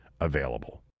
Available